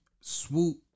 Swoop